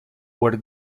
where